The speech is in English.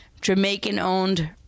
Jamaican-owned